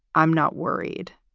i'm not worried.